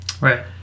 Right